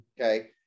Okay